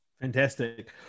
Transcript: Fantastic